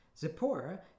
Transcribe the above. Zipporah